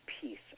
peace